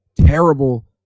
terrible